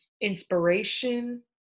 inspiration